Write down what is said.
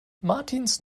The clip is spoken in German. martins